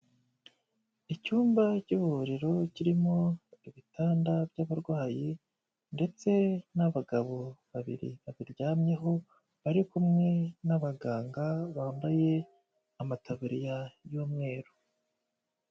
Icyumba cy'ivuriro kirimo ibitanda by'abarwayi ndetse n'abagabo babiri babiryamyeho bari kumwe n'abaganga, bambaye amataburiya y'umweru.